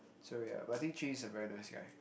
so ya but I think Jun-Yi is a very nice guy